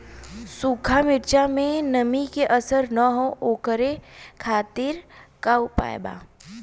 सूखा मिर्चा में नमी के असर न हो ओकरे खातीर का उपाय बा?